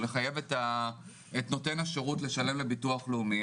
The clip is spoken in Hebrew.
לחייב את נותן השירות לשלם לביטוח לאומי,